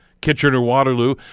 Kitchener-Waterloo